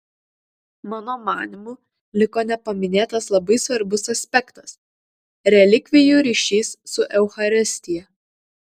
mano manymu liko nepaminėtas labai svarbus aspektas relikvijų ryšys su eucharistija